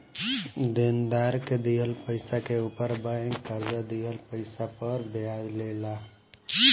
देनदार के दिहल पइसा के ऊपर बैंक कर्जा दिहल पइसा पर ब्याज ले ला